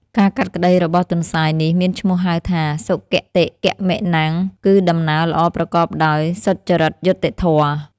ការកាត់ក្តីរបស់ទន្សាយនេះមានឈ្មោះហៅថា សុគតិគមនំ គឺដំណើរល្អប្រកបដោយ សុចរិតយុត្តិធម៌។